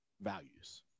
values